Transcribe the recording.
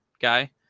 guy